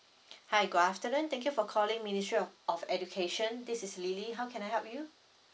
hi good afternoon thank you for calling ministry of of education this is lily how can I help you